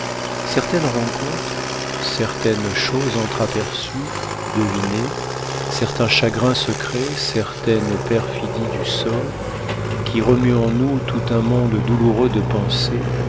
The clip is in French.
certaines rencontres certaines choses entr'aperçues devinées certains chagrins secrets certaines perfidies du sort qui remuent en nous tout un monde douloureux de pensées